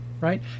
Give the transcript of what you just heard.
Right